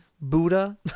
Buddha